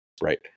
Right